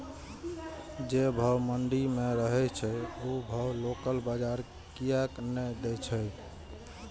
जे भाव मंडी में रहे छै ओ भाव लोकल बजार कीयेक ने दै छै?